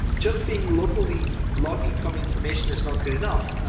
just being locally logging some information is not good enough,